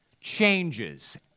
changes